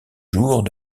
jours